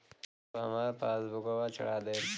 साहब हमार पासबुकवा चढ़ा देब?